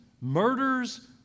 murders